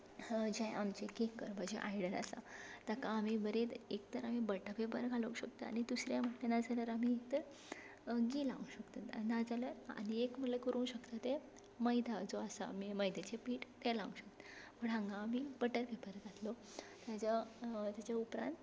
जें आमचें केक करपाचें आयडन आसा ताका आमी बरे एक तर आमी बटर पेपर घालूंक शकता आनी दुसरें म्हटल्यार नाजाल्यार आमी एक तर घी लावंक शकता नाजाल्यार आनी एक म्हणल्यार करूंक शकता तें मैदा जो आसा म मैद्याचें पीट तें लावंक शकता पूण हांगा आमी बटर पेपर घातलो ताज्या ताज्या उपरांत